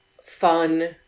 fun